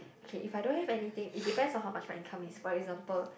okay if I don't have anything it depends on how much my income is for example